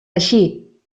així